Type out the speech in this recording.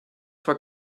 zwar